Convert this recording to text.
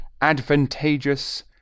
Advantageous